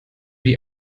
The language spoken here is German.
die